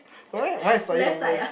no eh mine is slightly longer leh